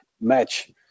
match